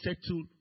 Settle